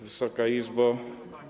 Wysoka Izbo!